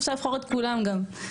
אפשר לבחור את כולם גם.